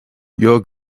your